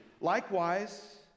Likewise